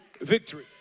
victory